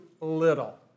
little